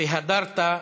ובהם "והדרת",